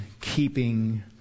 keeping